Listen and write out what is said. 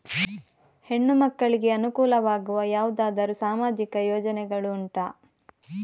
ಹೆಣ್ಣು ಮಕ್ಕಳಿಗೆ ಅನುಕೂಲವಾಗುವ ಯಾವುದಾದರೂ ಸಾಮಾಜಿಕ ಯೋಜನೆಗಳು ಉಂಟಾ?